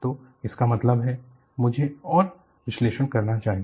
तो इसका मतलब है मुझे और विश्लेषण करना चाहिए